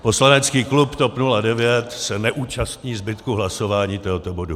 Poslanecký klub TOP 09 se neúčastní zbytku hlasování tohoto bodu.